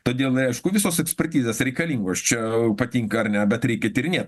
todėl aišku visos ekspertizės reikalingos čia patinka ar ne bet reikia tyrinėt